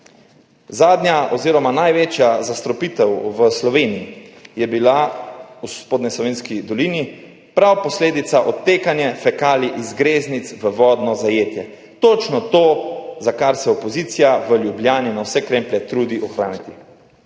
Zadnja oziroma največja zastrupitev v Sloveniji je bila v Spodnji Savinjski dolini in je bila posledica prav odtekanja fekalij iz greznic v vodno zajetje. Točno to, kar se opozicija v Ljubljani na vse kremplje trudi ohraniti.